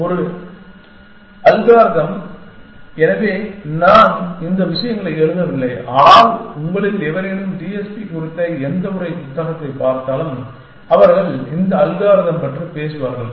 எனவே ஒரு அல்காரிதம் எனவே நான் இந்த விஷயங்களை எழுதவில்லை ஆனால் உங்களில் எவரேனும் டிஎஸ்பி குறித்த எந்த உரை புத்தகத்தை பார்த்தாலும் அவர்கள் இந்த அல்காரிதம் பற்றி பேசுவார்கள்